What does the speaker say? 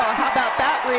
how about that?